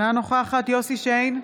אינה נוכחת יוסף שיין,